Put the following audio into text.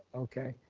okay.